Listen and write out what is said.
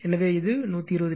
எனவே இது 120 o